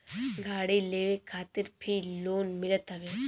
गाड़ी लेवे खातिर भी लोन मिलत हवे